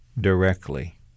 directly